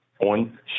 on